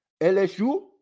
LSU